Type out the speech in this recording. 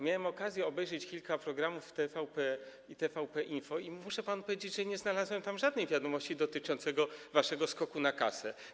Miałem okazję obejrzeć kilka programów w TVP i TVP Info i muszę panu powiedzieć, że nie znalazłem tam żadnej wiadomości dotyczącej waszego skoku na kasę.